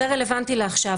זה רלוונטי לעכשיו.